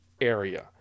area